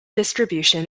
distribution